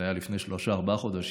זה היה לפני שלושה-ארבעה חודשים,